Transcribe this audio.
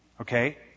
Okay